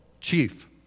chief